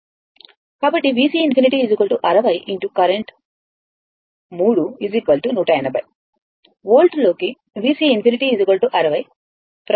కాబట్టి VC∞ 60 xకరెంట్ 3 180 వోల్ట్లోకి VC∞ 60